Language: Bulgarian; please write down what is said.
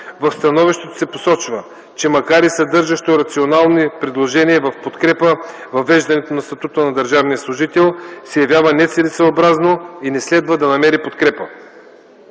В становището се посочва, че макар и съдържащо рационални предложения в подкрепа, въвеждането на статута на държавния служител се явява нецелесъобразно и не следва да намери подкрепа.